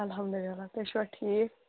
اَلحَمدُاللہ تُہۍ چھِوا ٹھیٖک